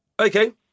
okay